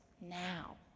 now